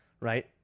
Right